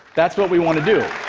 that's what we want to do.